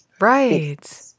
right